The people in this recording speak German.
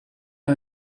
man